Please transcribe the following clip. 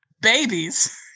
babies